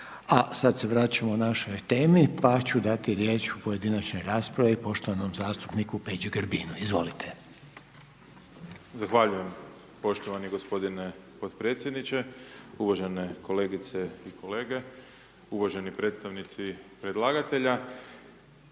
A sad se vraćamo našoj temi pa ću dati riječ pojedinačnoj raspravi poštovanom zastupniku Peđi Grbinu, izvolite. **Grbin, Peđa (SDP)** Zahvaljujem poštovani gospodine potpredsjedniče. Uvažene kolegice i kolege, uvaženi predstavnici predlagatelja.